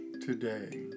today